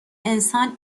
انسان